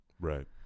Right